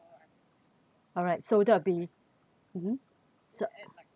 alright so that'll be mmhmm so